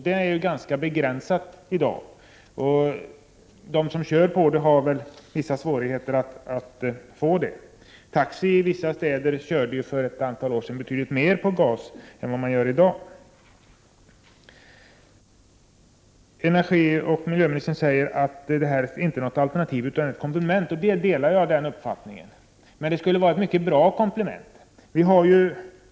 Den är ganska begränsad i dag, och de som kör på motorgas har väl vissa svårigheter att få tag på den. I vissa städer körde taxi för ett antal år sedan betydligt mer på gas än vad man gör i dag. Miljöoch energiministern säger att motorgas inte är något alternativ utan ett komplement, och den uppfattningen delar jag. Men det skulle vara ett mycket bra komplement.